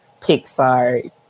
Pixar